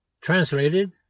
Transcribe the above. translated